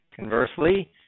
Conversely